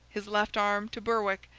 his left arm to berwick,